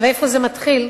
איפה זה מתחיל?